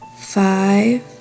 five